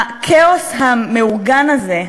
הכאוס המאורגן הזה,